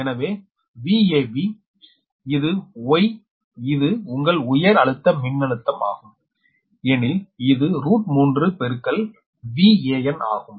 எனவே VAB இது Y இது உங்கள் உயர் அழுத்த மின்னழுத்தம் ஆகும் எனில் இது √3 பெருக்கல் VAn ஆகும்